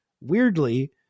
weirdly